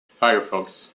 firefox